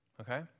Okay